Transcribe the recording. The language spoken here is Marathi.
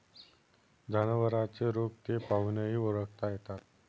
जनावरांचे रोग ते पाहूनही ओळखता येतात